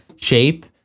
shape